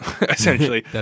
essentially